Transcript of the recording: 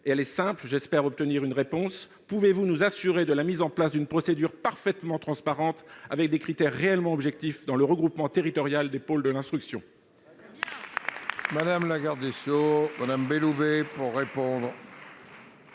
et elle est simple ; j'espère donc obtenir de vous une réponse. Pouvez-vous nous assurer de la mise en place d'une procédure parfaitement transparente, avec des critères réellement objectifs, pour le regroupement territorial des pôles de l'instruction ?